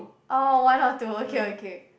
oh one or two okay okay